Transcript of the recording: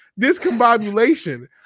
discombobulation